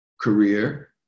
Career